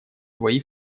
свои